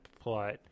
plot